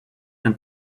and